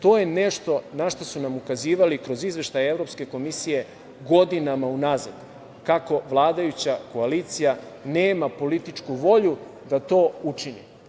To je nešto na šta su nam ukazivali kroz izveštaje Evropske komisije godinama unazad, kako vladajuća koalicija nema političku volju da to učini.